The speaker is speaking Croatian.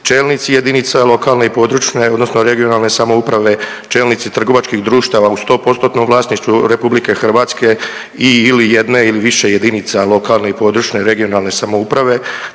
čelnici jedinica lokalne i područne (regionalne) samouprave, čelnici trgovačkih društava u 100 postotnom vlasništvu RH i/ili jedne ili više jedinica lokalne i područne (regionalne) samouprave